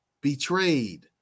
betrayed